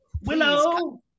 Willow